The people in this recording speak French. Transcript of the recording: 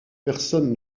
personne